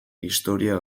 historia